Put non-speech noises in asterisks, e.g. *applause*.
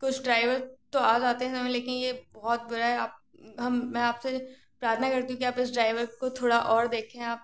कुछ ड्रायवर तो आ जाते हैं *unintelligible* लेकिन ये बहुत बुरा है आप हम मैं आप से प्रार्थना करती हूँ कि आप इस ड्रायवर को थोड़ा और देखें आप